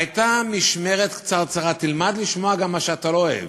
אין מושג, תלמד לשמוע גם מה שאתה לא אוהב.